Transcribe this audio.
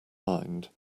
mind